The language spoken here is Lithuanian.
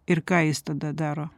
ir ką jis tada daro